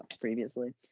previously